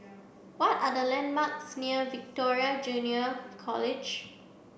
what are the landmarks near Victoria Junior College